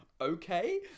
okay